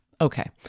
Okay